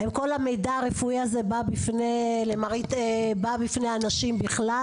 האם כל המידע הרפואי הזה בא בפני אנשים בכלל?